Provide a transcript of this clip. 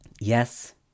Yes